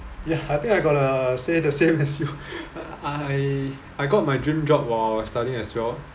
ya I think I got to say the same as you I I got my dream job while studying as well